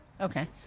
Okay